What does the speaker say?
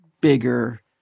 bigger